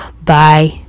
Bye